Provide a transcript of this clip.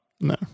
No